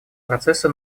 процессы